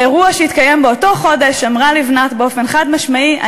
באירוע שהתקיים באותו חודש אמרה לבנת באופן חד-משמעי: